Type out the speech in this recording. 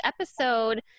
episode